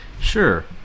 Sure